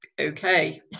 okay